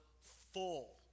full